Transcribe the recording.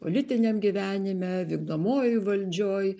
politiniam gyvenime vykdomojoj valdžioj